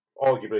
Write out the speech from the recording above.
arguably